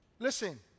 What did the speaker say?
Listen